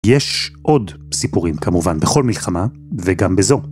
יש עוד סיפורים כמובן בכל מלחמה וגם בזו.